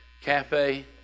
cafe